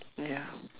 ya